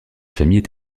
famille